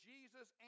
Jesus